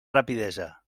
rapidesa